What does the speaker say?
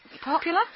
Popular